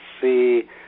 see